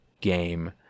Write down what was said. game